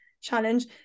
challenge